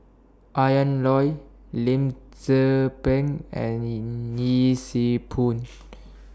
Ian Loy Lim Tze Peng and Yee Siew Pun